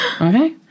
Okay